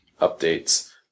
updates